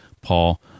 Paul